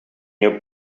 your